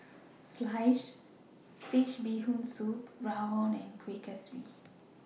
Sliced Fish Bee Hoon Soup Rawon and Kueh Kaswi